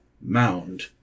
Mound